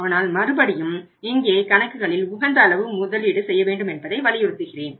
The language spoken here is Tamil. ஆனால் மறுபடியும் இங்கே கணக்குகளில் உகந்த அளவு முதலீடு செய்யவேண்டும் என்பதை வலியுறுத்துகிறேன்